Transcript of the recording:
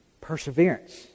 Perseverance